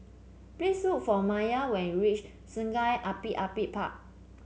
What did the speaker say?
please look for Mylie when you reach Sungei Api Api Park